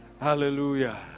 Hallelujah